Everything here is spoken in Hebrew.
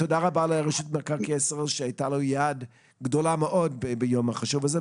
תודה רבה לרשות מקרקעי ישראל שהייתה להם יד גדולה מאוד ביום החשוב הזה,